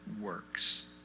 works